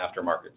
aftermarket